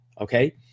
Okay